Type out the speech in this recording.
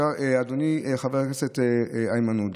אדוני חבר הכנסת איימן עודה,